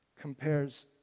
compares